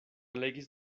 legis